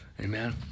Amen